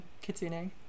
Kitsune